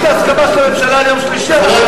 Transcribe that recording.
תביא את ההסכמה של הממשלה על יום שלישי,